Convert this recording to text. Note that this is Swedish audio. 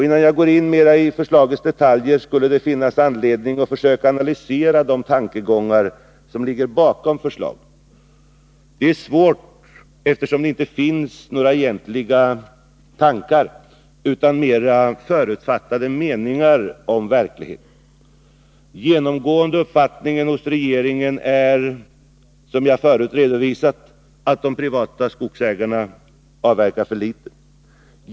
Innan jag går in mera i förslagets detaljer skulle det finns anledning att försöka analysera de tankegångar som ligger bakom förslaget. Det är dock svårt, eftersom det inte finns några egentliga tankar utan mera förutfattade meningar om verkligheten. Den genomgående uppfattningen hos regeringen är, som jag förut redovisat, att de privata skogsägarna avverkar för litet.